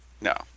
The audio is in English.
no